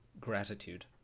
gratitude